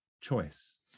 choice